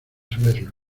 saberlo